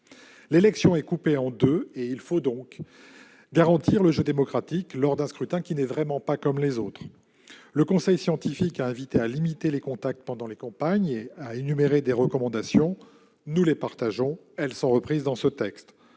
L'élection est coupée en deux, et il faut garantir le jeu démocratique lors d'un scrutin qui n'est vraiment pas comme les autres. Le conseil scientifique a invité à limiter les contacts pendant les campagnes et a énuméré des recommandations ; nous les partageons, elles sont reprises dans ce texte.